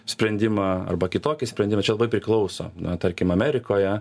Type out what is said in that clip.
sprendimą arba kitokį sprendimą čia labai priklauso na tarkim amerikoje